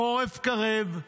החורף קרב,